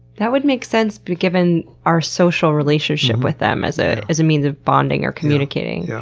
that would make sense but given our social relationship with them as ah as a means of bonding or communicating. yeah,